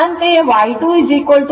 ಅಂತೆಯೇ Y 2 0